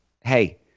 hey